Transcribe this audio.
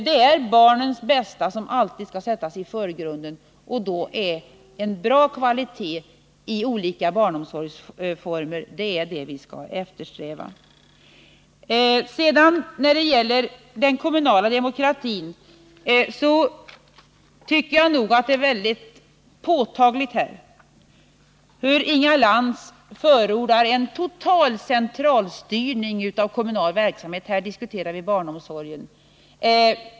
Det är barnens bästa som alltid skall sättas i förgrunden, och då är det bra kvalitet i olika barnomsorgsformer som vi skall eftersträva. När det gäller den kommunala demokratin, så tycker jag det är påtagligt hur Inga Lantz förordar en total centralstyrning av kommunal verksamhet, när vi här diskuterar barnomsorgen.